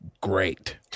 great